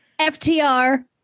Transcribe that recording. FTR